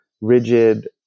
rigid